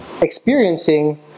experiencing